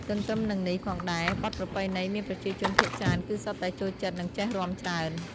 ទន្ទឹមនឹងនេះផងដែរ បទប្រពៃណីមានប្រជាជនភាគច្រើនគឺសុទ្ធតែចូលចិត្តនិងចេះរាំច្រើន។